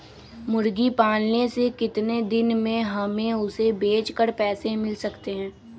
मुर्गी पालने से कितने दिन में हमें उसे बेचकर पैसे मिल सकते हैं?